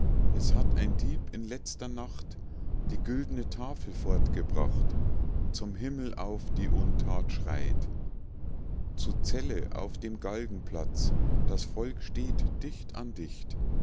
es hat ein dieb in letzter nacht die güldne tafel fortgebracht zum himmel auf die untat schreit zu celle auf dem galgenplatz das volk steht dicht an dicht